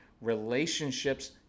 Relationships